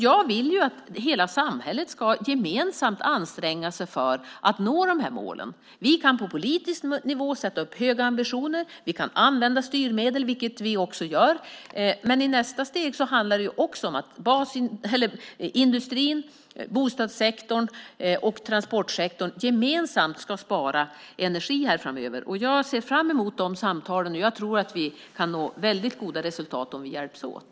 Jag vill ju att hela samhället gemensamt ska anstränga sig för att nå de här målen. Vi kan på politisk nivå sätta upp höga ambitioner. Vi kan använda styrmedel, vilket vi också gör. Men i nästa steg handlar det också om att industrin, bostadssektorn och transportsektorn gemensamt ska spara energi här framöver. Jag ser fram emot de samtalen. Jag tror att vi kan nå väldigt goda resultat om vi hjälps åt.